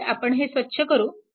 तर आपण हे स्वच्छ करू